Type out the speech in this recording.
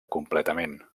completament